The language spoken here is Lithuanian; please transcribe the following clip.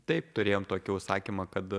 taip turėjom tokių sakymą kad